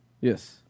Yes